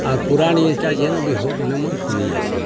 ଆର୍ ପୁରାଣ୍ ଜିନିଷ୍ଟା ଯେନ ବି ହଉଥିଲେ ମୁଇଁ ଶୁନିଯାଏସି